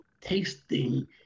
tasting